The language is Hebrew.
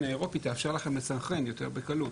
האירופי תאפשר לכם לסנכרן יותר בקלות.